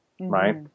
right